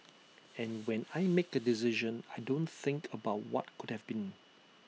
and when I make A decision I don't think about what could have been